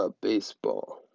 Baseball